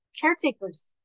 caretakers